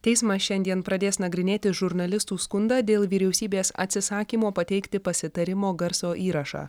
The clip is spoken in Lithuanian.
teismas šiandien pradės nagrinėti žurnalistų skundą dėl vyriausybės atsisakymo pateikti pasitarimo garso įrašą